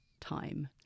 time